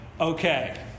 okay